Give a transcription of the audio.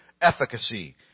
Efficacy